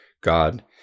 God